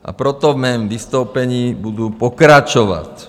A proto ve svém vystoupení budu pokračovat.